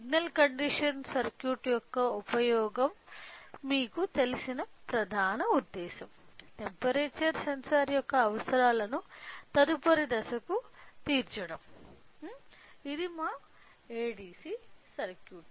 signal conditioning circuit యొక్క ఉపయోగం మీకు తెలిసిన ప్రధాన ఉద్దేశ్యం టెంపరేచర్ సెన్సార్ యొక్క అవసరాలను తదుపరి దశకు తీర్చడం ఇది మా ఏడీసి సర్క్యూట్